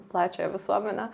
plačiąją visuomenę